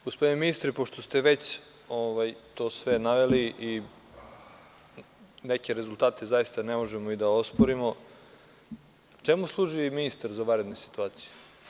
Gospodine ministre, pošto ste već to sve naveli i neke rezultate zaista ne možemo da osporimo, čemu služi ministar za vanredne situaicije?